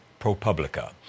ProPublica